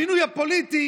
המינוי הפוליטי